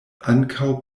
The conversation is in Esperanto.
ankaŭ